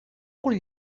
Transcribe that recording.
cul